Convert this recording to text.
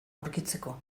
aurkitzeko